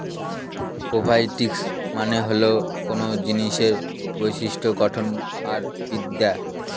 properties মানে হল কোনো জিনিসের বিশিষ্ট্য গঠন আর বিদ্যা